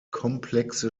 komplexe